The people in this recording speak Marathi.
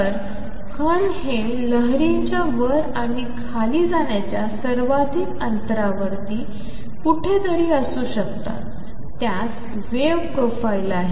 तर कण हे लहरींच्या वर आणि खाली जाण्याच्या सर्वाधिक अंतरावर कुठेतरी असू शकतात त्यास वेव प्रोफाइल आहे